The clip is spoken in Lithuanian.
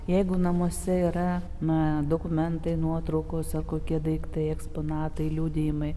jeigu namuose yra na dokumentai nuotraukos ar kokie daiktai eksponatai liudijimai